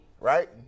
right